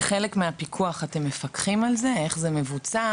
כחלק מהפיקוח אתם מפקחים על זה איך זה מבוצע,